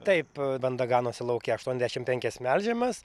taip banda ganosi lauke aštuoniasdešim penkias melžiamas